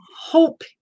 hope